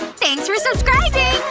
thanks for subscribing!